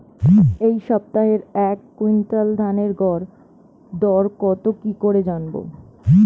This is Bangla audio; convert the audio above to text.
এই সপ্তাহের এক কুইন্টাল ধানের গর দর কত কি করে জানবো?